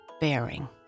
bearing